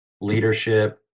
leadership